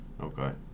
Okay